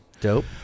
Dope